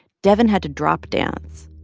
devyn had to drop dance.